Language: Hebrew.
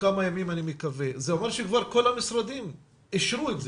כמה ימים זה אומר שכל המשרדים אישרו את זה.